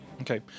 Okay